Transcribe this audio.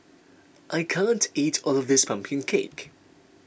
I can't eat all of this Pumpkin Cake